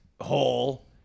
hole